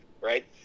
right